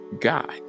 God